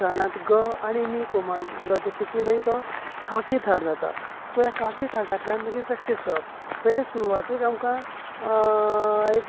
उदारणात ग आनी नी कोमल ज् घेतले की माई तो काफी थाट जाता सो ह्या काफी थाटांतल्यान मागीर प्रॅक्टीस करप पयले सुरवातीक आमकां एक